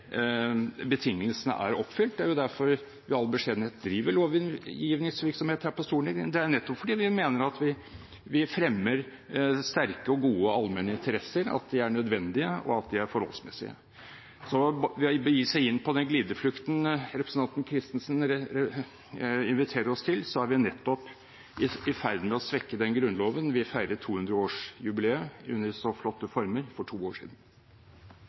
betingelsene er oppfylt. Det er derfor vi i all beskjedenhet driver lovgivningsvirksomhet her på Stortinget – det er nettopp fordi vi mener at vi fremmer sterke og gode allmenne interesser, at de er nødvendige, og at de er forholdsmessige. Ved å begi seg inn på den glideflukten representanten Christensen inviterer oss til, er vi nettopp i ferd med å svekke den Grunnloven vi feiret 200-årsjubileet for, i så flotte former for to år siden.